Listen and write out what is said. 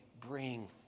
bring